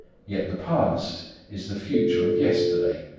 yet the past is the future of yesterday,